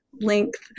length